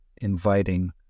inviting